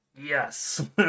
Yes